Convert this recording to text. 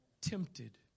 tempted